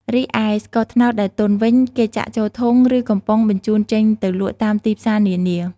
រីឯស្ករត្នោតដែលទន់វិញ គេចាក់ចូលធុង ឬ កំប៉ុងបញ្ចូនចេញទៅលក់តាមទីផ្សារនានា។